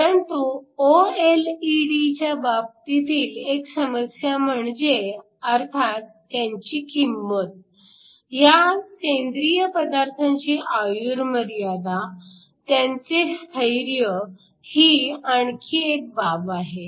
परंतु ओएलईडीच्या बाबतीतील एक समस्या म्हणजे अर्थात त्यांची किंमत ह्या सेंद्रिय पदार्थांची आयुर्मर्यादा त्यांचे स्थैर्य ही आणखी एक बाब आहे